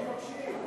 לא.